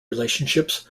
relationships